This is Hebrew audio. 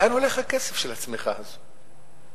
לאן הולך הכסף של הצמיחה הזו?